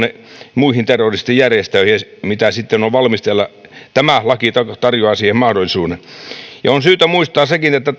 muihin terroristijärjestöihin siitä mitä on valmisteilla tämä laki tarjoaa siihen mahdollisuuden on syytä muistaa sekin että